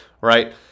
right